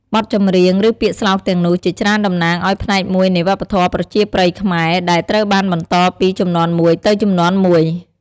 បទចម្រៀង ឬពាក្យស្លោកទាំងនោះជាច្រើនតំណាងឱ្យផ្នែកមួយនៃវប្បធម៌ប្រជាប្រិយខ្មែរ ដែលត្រូវបានបន្តពីជំនាន់មួយទៅជំនាន់មួយ។